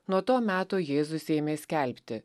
nuo to meto jėzus ėmė skelbti